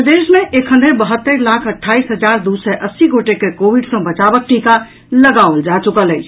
प्रदेश मे एखन धरि बहत्तरि लाख अट्ठाईस हजार दू सय अस्सी गोटे के कोविड सँ बचावक टीका लगाओल जा चुकल अछि